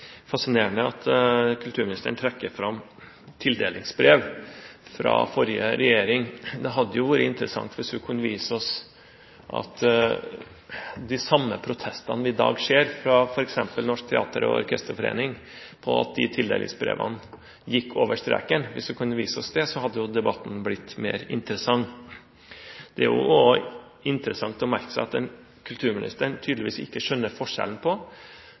hadde vært interessant hvis hun kunne vist oss at de samme protestene som vi i dag ser fra f.eks. Norsk Teater- og Orkesterforening på de tildelingsbrevene, gikk over streken. Hvis hun hadde kunnet vise oss det, hadde debatten blitt mer interessant. Det er også interessant å merke seg at kulturministeren tydeligvis ikke skjønner forskjellen på